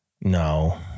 No